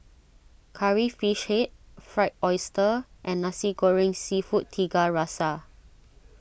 Curry Fish Head Fried Oyster and Nasi Goreng Seafood Tiga Rasa